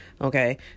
Okay